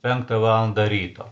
penktą valandą ryto